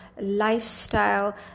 lifestyle